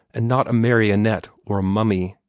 and not a marionette or a mummy.